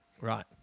Right